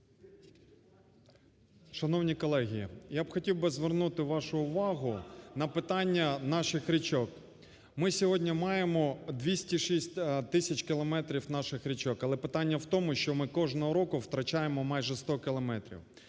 Шановні колеги, я б хотів би звернути вашу увагу на питання наших річок. Ми сьогодні маємо 206 тисяч кілометрів наших річок. Але питання в тому, що ми кожного року втрачаємо майже 100 кілометрів.